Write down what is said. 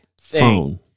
phone